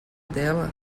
dela